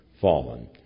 fallen